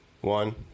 One